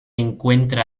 encuentra